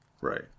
Right